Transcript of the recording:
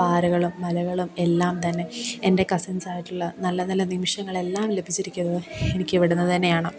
പാറകളും മലകളും എല്ലാംതന്നെ എൻ്റെ കസിൻസായിട്ടുള്ള നല്ല നല്ല നിമിഷങ്ങളെല്ലാം ലഭിച്ചിരിക്കുന്നത് എനിക്ക് ഇവിടെ നിന്ന് തന്നെയാണ്